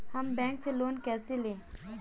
हम बैंक से लोन कैसे लें?